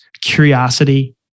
curiosity